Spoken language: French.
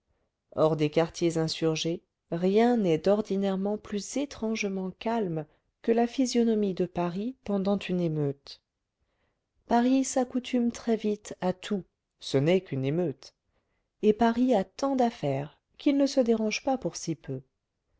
hors des quartiers insurgés rien n'est d'ordinaire plus étrangement calme que la physionomie de paris pendant une émeute paris s'accoutume très vite à tout ce n'est qu'une émeute et paris a tant d'affaires qu'il ne se dérange pas pour si peu